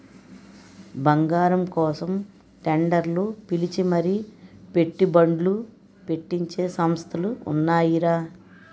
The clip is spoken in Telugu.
బంగారం కోసం టెండర్లు పిలిచి మరీ పెట్టుబడ్లు పెట్టించే సంస్థలు ఉన్నాయిరా